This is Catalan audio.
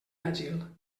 àgil